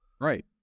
right